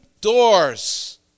doors